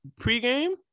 pregame